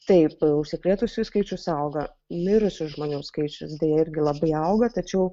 taip užsikrėtusiųjų skaičius auga mirusių žmonių skaičius deja irgi labai auga tačiau